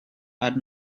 are